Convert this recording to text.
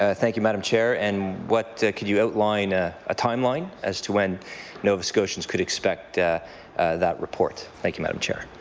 ah thank you madam chair and what could you outline a ah timeline as to when nova scotians could expect that report? thank you, madam chair.